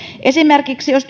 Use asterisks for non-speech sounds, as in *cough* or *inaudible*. esimerkiksi jos *unintelligible*